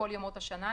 כל ימות השנה,